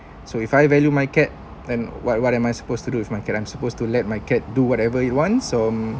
so if I value my cat and what what am I supposed to do with my cat I'm supposed to let my cat do whatever he want so